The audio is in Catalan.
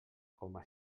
coma